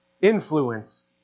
influence